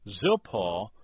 Zilpah